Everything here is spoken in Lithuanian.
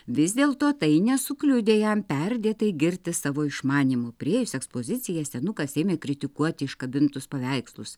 vis dėlto tai nesukliudė jam perdėtai girtis savo išmanymu priėjus ekspoziciją senukas ėmė kritikuoti iškabintus paveikslus